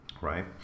right